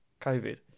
COVID